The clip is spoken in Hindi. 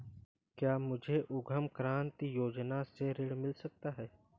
क्या मुझे उद्यम क्रांति योजना से ऋण मिल सकता है?